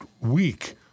week